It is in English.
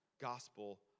gospel